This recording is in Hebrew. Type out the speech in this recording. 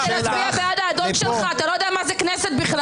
מצביעים אחרי התייעצות.